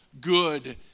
good